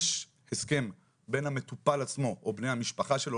יש הסכם בין המטופל עצמו או בני המשפחה שלו,